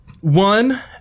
One